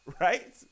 right